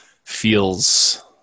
feels